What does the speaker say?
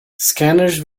scanners